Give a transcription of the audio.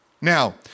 Now